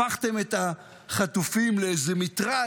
הפכתם את החטופים לאיזה מטרד.